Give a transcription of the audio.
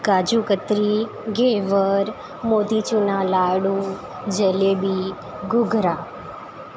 કાજુ કતરી ઘેવર મોતીચૂરનાં લાડુ જલેબી ઘૂઘરા